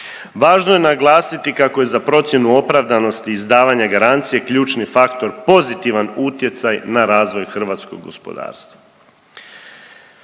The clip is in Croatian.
Važno je naglasiti kako je za procjenu opravdanosti izdavanja garancije ključni faktor pozitivan utjecaj na razvoj hrvatskog gospodarstva.